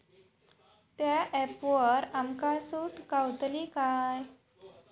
त्या ऍपवर आमका सूट गावतली काय?